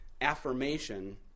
affirmation